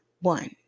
One